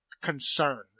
Concern